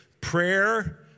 Prayer